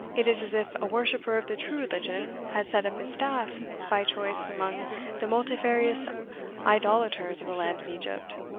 it is as if a worshipper of the true religion had set up his staff by choice among the multifarious idolaters of the land of egypt.